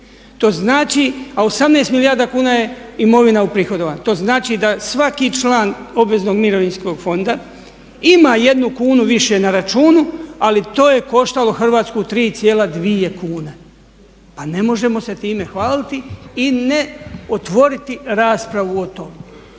To znači, a 18 milijarda kuna je imovina uprihodovana. To znači da svaki član obveznog mirovinskog fonda ima jednu kunu više na računu, ali to je koštalo Hrvatsku 3,2 kune. Pa ne možemo se time hvaliti i ne otvoriti raspravu o tomu.